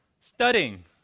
studying